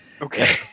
Okay